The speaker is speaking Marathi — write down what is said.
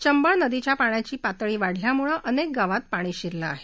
चंबळ नदीच्या पाण्याची पातळी वाढल्यानं अनेक गावांमध्ये पाणी शिरलं आहे